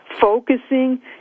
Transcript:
focusing